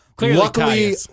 Luckily